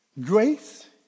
grace